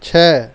چھ